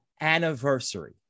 anniversary